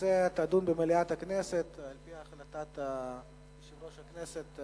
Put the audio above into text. הנושא יידון במליאת הכנסת על-פי החלטת יושב-ראש הכנסת,